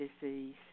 disease